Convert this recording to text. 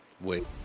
Wait